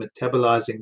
metabolizing